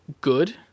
good